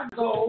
go